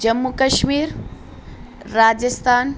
Jammu Kashmir Rajasthan